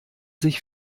sich